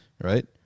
right